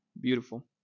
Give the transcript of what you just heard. beautiful